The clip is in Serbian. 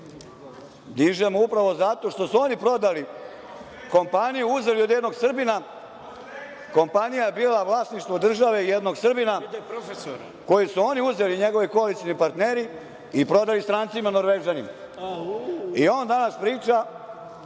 dižemo upravo zato što su oni prodali kompaniju, uzeli od jednog Srbina, kompanija je bila vlasništvo države, jednog Srbina, koju su oni uzeli, njegovi koalicioni partneri i prodali strancima Norvežanima. On danas priča